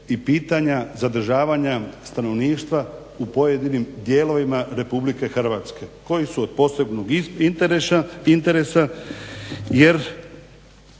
i pitanja zadržavanja stanovništva u pojedinim dijelovima RH koji su od posebnog interesa jer